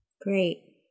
Great